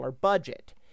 budget